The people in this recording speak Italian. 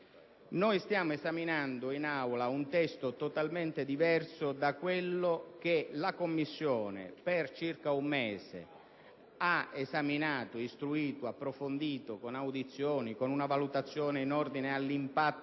Stiamo esaminando in Aula un testo totalmente diverso da quello che la Commissione per circa un mese ha studiato, istruito ed approfondito con audizioni, con una valutazione in ordine all'impatto